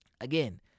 again